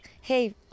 Hey